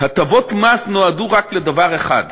הטבות מס נועדו רק לדבר אחד,